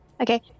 Okay